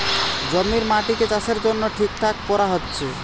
জমির মাটিকে চাষের জন্যে ঠিকঠাক কোরা হচ্ছে